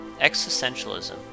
existentialism